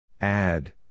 Add